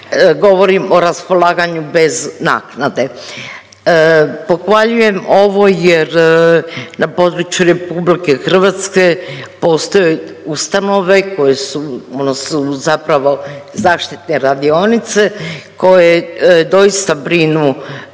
Govorim o raspolaganju bez naknade. Pohvaljujem ovo jer na području RH postoje ustanove koje su, one su zapravo zaštitne radionice koje doista brinu